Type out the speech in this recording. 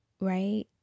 right